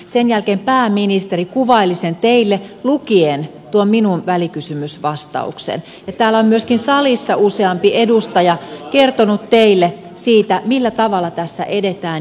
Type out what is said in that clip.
sen jälkeen pääministeri kuvaili sen teille lukien tuon minun välikysymysvastaukseni ja täällä salissa on myöskin useampi edustaja kertonut teille siitä millä tavalla tässä edetään